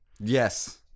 Yes